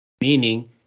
meaning